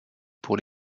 pour